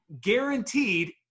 guaranteed